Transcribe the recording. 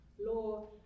law